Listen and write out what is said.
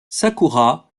sakura